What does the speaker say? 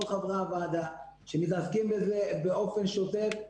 חברי הוועדה שמתעסקים בזה באופן שוטף,